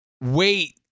wait